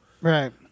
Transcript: Right